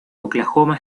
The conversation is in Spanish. oklahoma